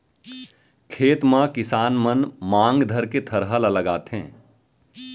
खेत म किसान मन मांग धरके थरहा ल लगाथें